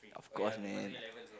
of course man